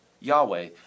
Yahweh